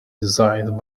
designed